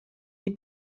die